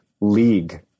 league